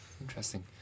interesting